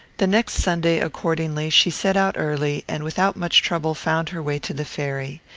the next sunday, accordingly, she set out early, and without much trouble found her way to the ferry.